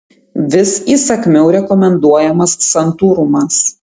vis įsakmiau rekomenduojamas santūrumas